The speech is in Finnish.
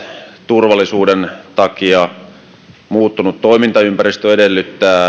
turvallisuuden suhteen muuttunut toimintaympäristö edellyttää